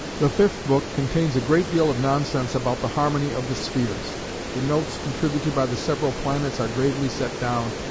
the fifth book contains a great deal of nonsense about the harmony of the spheres the notes contributed by the several planets are gravely set down,